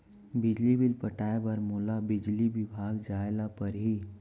बिजली बिल पटाय बर का मोला बिजली विभाग जाय ल परही?